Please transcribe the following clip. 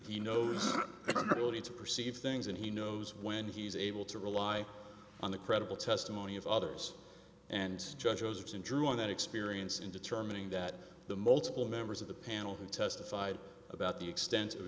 to perceive things and he knows when he's able to rely on the credible testimony of others and judge rose and drew on that experience in determining that the multiple members of the panel who testified about the extent of the